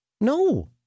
No